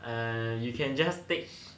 and you can just take